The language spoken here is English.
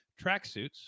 tracksuits